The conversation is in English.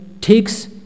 takes